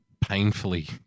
painfully